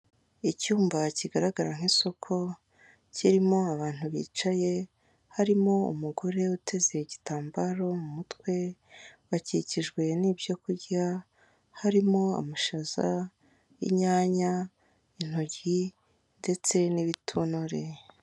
Icyumba kigaragara nk'isoko kirimo abantu bicaye, harimo umugore uteze igitambaro mu mutwe, bakikijwe n'ibyo kurya, harimo amashaza, inyanya intoryi ndetse n'ibitonore.